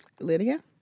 Lydia